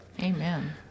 Amen